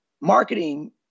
marketing